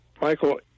Michael